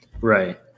Right